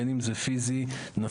בין אם זה פיזי או נפשי,